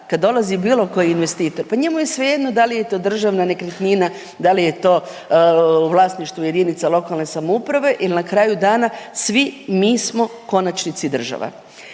kad dolazi bilo koji investitor pa njemu je svejedno da li je to državna nekretnina, da li je to u vlasništvu jedinica lokalne samouprave ili na kraju dana svi mi smo konačnici država.